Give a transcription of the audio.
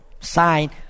Sign